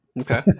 Okay